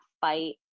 fight